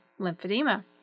lymphedema